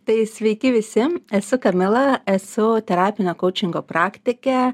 tai sveiki visi esu kamila esu terapinio koučingo praktikė